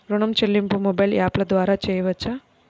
ఋణం చెల్లింపు మొబైల్ యాప్ల ద్వార చేయవచ్చా?